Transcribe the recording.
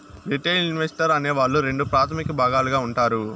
retail investor అనే వాళ్ళు రెండు ప్రాథమిక భాగాలుగా ఉంటారు